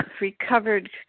Recovered